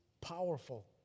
powerful